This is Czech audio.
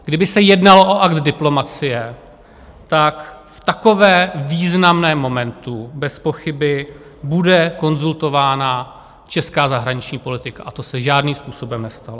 Kdyby se jednalo o akt diplomacie, tak v takovém významném momentu bezpochyby bude konzultována česká zahraniční politika, a to se žádným způsobem nestalo.